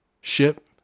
ship